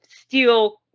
steel